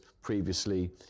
Previously